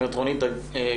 גברת רונית גדיש,